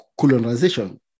colonization